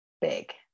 big